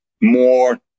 more